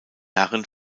herren